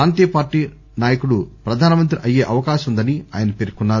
ప్రాంతీయపార్టీ నాయకుడు ప్రధాన మంత్రి అయ్యే అవకాశం ఉందని ఆయన పేర్కొన్నారు